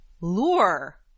lure